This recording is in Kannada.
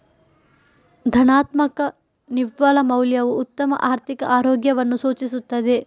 ಧನಾತ್ಮಕ ನಿವ್ವಳ ಮೌಲ್ಯವು ಉತ್ತಮ ಆರ್ಥಿಕ ಆರೋಗ್ಯವನ್ನು ಸೂಚಿಸುತ್ತದೆ